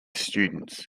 students